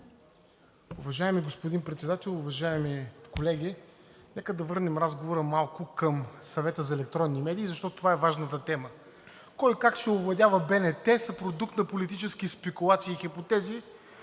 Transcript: Уважаеми господин Председател, уважаеми колеги! Нека малко да върнем разговора към Съвета за електронни медии, защото това е важната тема. Кой как ще овладява БНТ, е продукт на политически спекулации и хипотези,